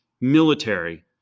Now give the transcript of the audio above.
military